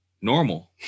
normal